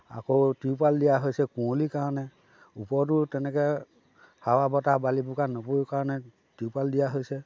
আকৌ তিৰপাল দিয়া হৈছে কুঁৱলীৰ কাৰণে ওপৰতো তেনেকৈ হাৱা বতাহ বালি বোকা নপৰিবৰ কাৰণে তিৰপাল দিয়া হৈছে